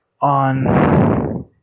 on